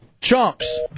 Chunks